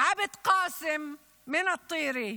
עאבד קאסם מטירה,